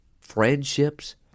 friendships